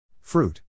Fruit